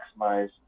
maximize